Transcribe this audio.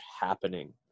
happening